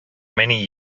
many